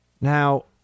Now